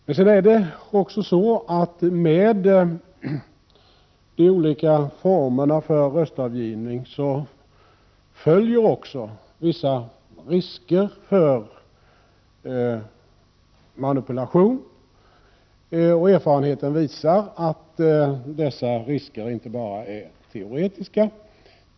Med de olika formerna som finns för röstavgivning, följer emellertid också vissa risker för manipulation. Erfarenheten visar att dessa risker inte enbart är teoretiska.